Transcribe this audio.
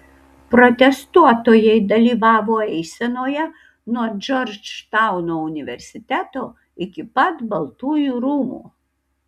protestuotojai dalyvavo eisenoje nuo džordžtauno universiteto iki pat baltųjų rūmų